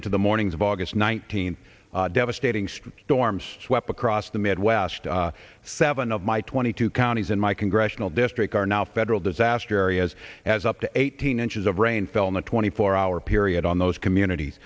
into the mornings of august nineteenth devastating storms swept across the midwest seven of my twenty two counties in my congressional district are now federal disaster areas as up to eighteen inches of rain fell in the twenty four hour period on those communities